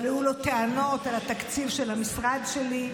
אבל היו לו טענות על התקציב של המשרד שלי,